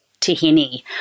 tahini